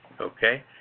okay